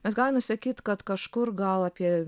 mes galime sakyt kad kažkur gal apie